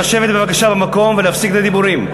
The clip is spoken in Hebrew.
לשבת בבקשה במקום ולהפסיק את הדיבורים.